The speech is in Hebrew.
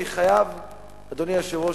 אדוני היושב-ראש,